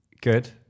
Good